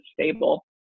stable